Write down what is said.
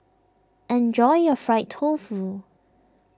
enjoy your Fried Tofu